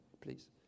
please